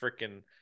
freaking